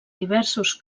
diversos